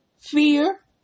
Fear